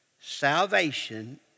Salvation